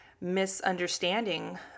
misunderstanding